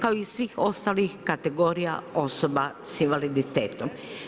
Kao i svih ostalih kategorija osoba s invaliditetom.